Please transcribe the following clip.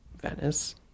Venice